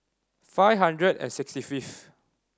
five hundred and sixty fifth